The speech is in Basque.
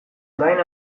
orain